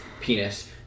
penis